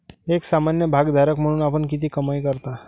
एक सामान्य भागधारक म्हणून आपण किती कमाई करता?